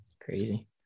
Crazy